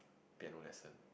piano lesson